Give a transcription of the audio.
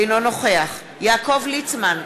אינו נוכח יעקב ליצמן,